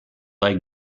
like